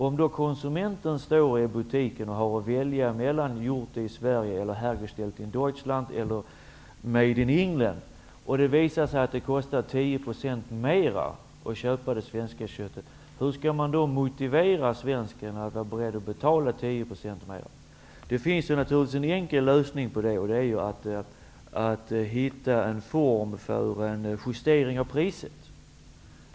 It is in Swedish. Om konsumenten står i butiken och har att välja mellan eller ''Made in England'', och det visar sig att det kostar 10 procent mera att köpa det svenska köttet, hur skall man då motivera svensken till att betala 10 Det finns naturligtvis en enkel lösning, och det är att hitta en form för justering av priset.